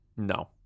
No